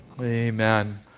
Amen